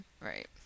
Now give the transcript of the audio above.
Right